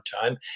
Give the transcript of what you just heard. time